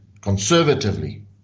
conservatively